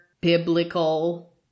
biblical